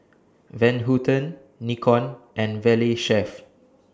Van Houten Nikon and Valley Chef